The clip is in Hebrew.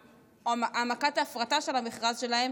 העמקת ההפרטה של המכרז שלהם,